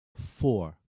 four